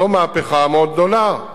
זו מהפכה מאוד גדולה,